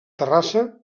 terrassa